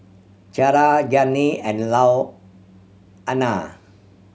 Ciara Gianni and Louanna